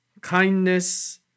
kindness